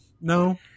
No